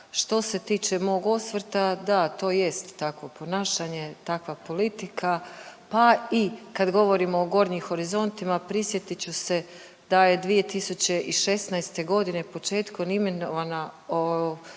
Što se tiče mog osvrta da to jest takvo ponašanje, takva politika. Pa i kad govorimo o Gornjim horizontima prisjetit ću se da je 2016. godine početkom, imenovana